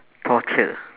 torture